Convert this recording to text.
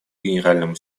генеральному